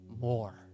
more